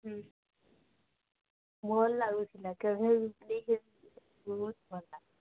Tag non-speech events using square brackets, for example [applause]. ହୁଁ ଭଲ ଲାଗୁଥିଲା କେବେ ବି [unintelligible] ବହୁତ୍ ଭଲ୍